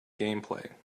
gameplay